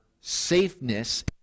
safeness